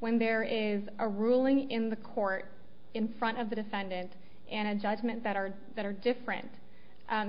when there is a ruling in the court in front of the defendant and a judgment that are that are different